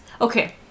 Okay